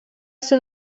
ser